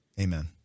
Amen